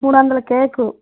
మూడు వందల కేకు